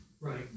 Right